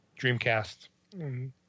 Dreamcast